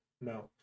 No